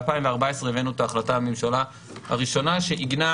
ב-2014 הבאנו את החלטת הממשלה הראשונה שעיגנה